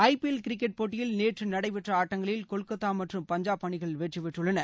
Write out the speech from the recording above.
ஐ P L cricket போட்டியில் நேற்று நடைபெற்ற ஆட்டங்களில் கொல்கத்தா மற்றும் பஞ்சாப் அணிகள் வெற்றி பெற்றுள்ளன